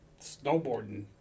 snowboarding